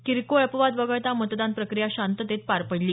किरकोळ अपवाद वगळता मतदान प्रक्रिया शांततेत पार पडली